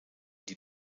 die